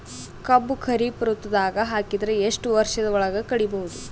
ಕಬ್ಬು ಖರೀಫ್ ಋತುದಾಗ ಹಾಕಿದರ ಎಷ್ಟ ವರ್ಷದ ಒಳಗ ಕಡಿಬಹುದು?